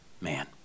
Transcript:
man